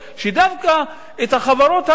שדווקא את החברות האלה,